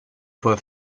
voix